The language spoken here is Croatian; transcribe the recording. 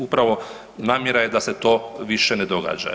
Upravo namjera je da se to više ne događa.